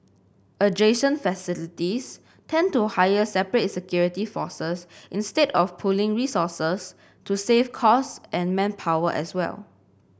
adjacent facilities tend to hire separate security forces instead of pooling resources to save costs and manpower as well